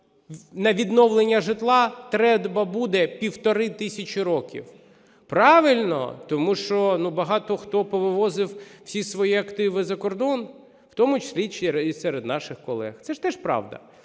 на відновлення житла треба буде 1,5 тисячі років. Правильно, тому що багато хто повивозив всі свої активи за кордон, в тому числі і серед наших колег. Це теж правда.